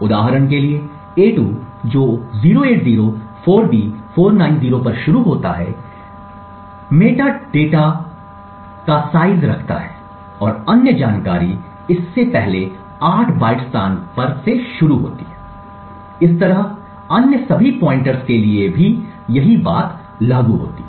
उदाहरण के लिए a2 जो 0804B490 पर शुरू होता है मेटाडेटा जो साइज रखता है और अन्य जानकारी इससे पहले 8 बाइट्स स्थान पर शुरू होती है इस तरह अन्य सभी पॉइंटर्स के लिए भी यही बात लागू होती है